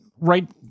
Right